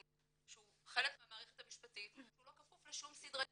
שהוא חלק מהמערכת המשפטית שהוא לא כפוף לשום סדרי דין.